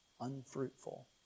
unfruitful